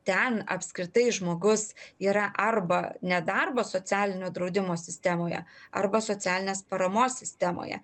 ten apskritai žmogus yra arba nedarbo socialinio draudimo sistemoje arba socialinės paramos sistemoje